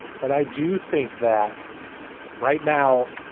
but i do think that right now.